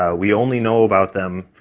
um we only know about them,